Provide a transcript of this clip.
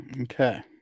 Okay